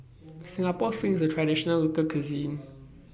Singapore Sling IS A Traditional Local Cuisine